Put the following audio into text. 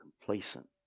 complacent